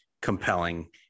compelling